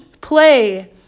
play